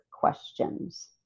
questions